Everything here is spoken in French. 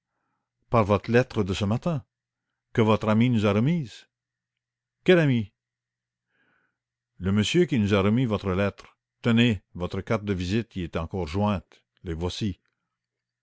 par votre lettre de ce matin que votre ami nous a remise quel ami le monsieur qui nous a remis votre lettre tenez votre carte de visite y est encore jointe les voici